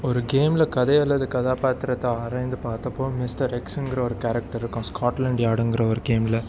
ஒரு கேமில்கதை அல்லது கதாப்பாத்திரத்தை ஆராய்ந்து பார்த்தப்போ மிஸ்டர் எக்ஸுங்கிற ஒரு கேரக்டர் இருக்கும் ஸ்காட்லாண்ட் யார்டுங்கிற ஒரு கேமில்